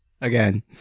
Again